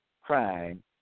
crime